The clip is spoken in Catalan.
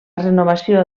renovació